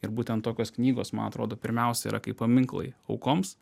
ir būten tokios knygos man atrodo pirmiausia yra kaip paminklai aukoms